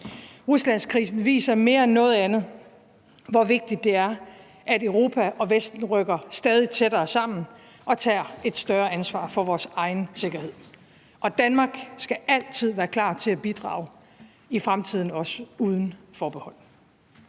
Ruslandskrisen viser mere end noget andet, hvor vigtigt det er, at Europa og Vesten rykker stadig tættere sammen og tager et større ansvar for vores egen sikkerhed. Og Danmark skal altid, også i fremtiden, være klar til at bidrage uden forbehold.